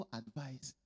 advice